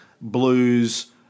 blues